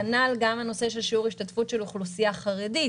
כנ"ל גם הנושא של שיעור השתתפות של אוכלוסייה חרדית